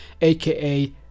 aka